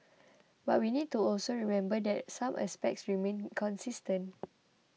but we need to also remember that some aspects remain consistent